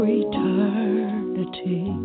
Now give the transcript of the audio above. eternity